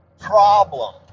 problem